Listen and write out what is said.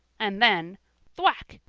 and then thwack!